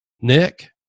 Nick